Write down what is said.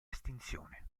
estinzione